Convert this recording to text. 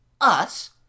Us